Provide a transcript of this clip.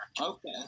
okay